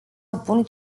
opun